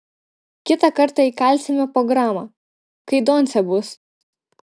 kitą kartą įkalsime po gramą kai doncė bus